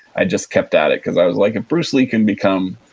i just kept at it cause i was like, if bruce lee can become